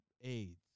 AIDS